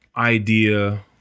idea